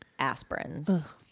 aspirins